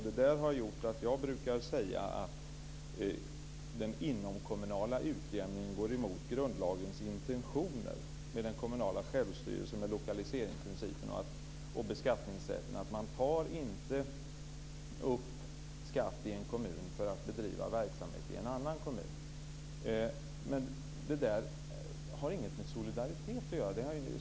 Det där har gjort att jag brukar säga att den inomkommunala utjämningen går emot grundlagens intentioner med den kommunala självstyrelsen, med lokaliseringsprincip och beskattningsrätt. Man tar inte upp skatt i en kommun för att kunna bedriva verksamhet i en annan kommun. Det här har ingenting med solidaritet att göra.